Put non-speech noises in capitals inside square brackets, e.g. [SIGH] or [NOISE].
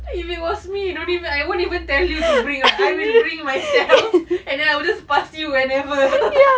if it was me don't even I won't even tell you to bring lah I will bring myself and then I will just pass you whenever [LAUGHS]